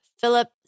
Philip